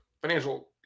financial